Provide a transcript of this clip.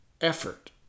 effort